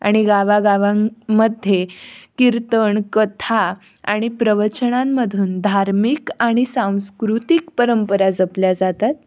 आणि गावागावांमध्ये कीर्तन कथा आणि प्रवचनांमधून धार्मिक आणि सांस्कृतिक परंपरा जपल्या जातात